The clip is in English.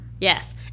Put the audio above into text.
yes